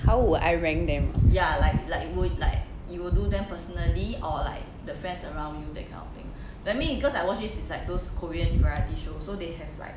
how would I rank them ah